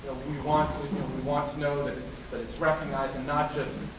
we want want to know that it's that it's recognized and not just,